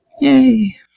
Yay